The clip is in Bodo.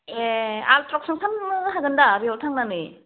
ए आल्ट्रासाउन्ड खालामनांखागोन दा बेयाव थांनानै